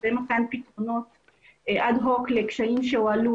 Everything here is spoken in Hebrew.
הרבה מתן פתרונות אד הוק לקשיים שהועלו.